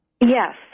Yes